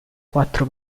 quattro